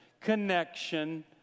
connection